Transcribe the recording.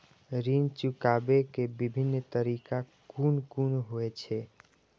ऋण चुकाबे के विभिन्न तरीका कुन कुन होय छे?